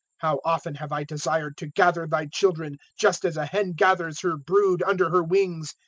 how often have i desired to gather thy children just as a hen gathers her brood under her wings,